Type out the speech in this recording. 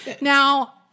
Now